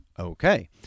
Okay